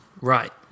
Right